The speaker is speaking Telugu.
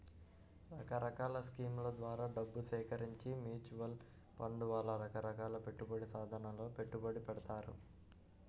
రకరకాల స్కీముల ద్వారా డబ్బు సేకరించి మ్యూచువల్ ఫండ్ వాళ్ళు రకరకాల పెట్టుబడి సాధనాలలో పెట్టుబడి పెడతారు